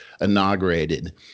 inaugurated